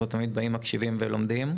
אנחנו תמיד באים, מקשיבים ולומדים.